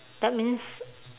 that means